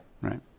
right